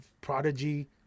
Prodigy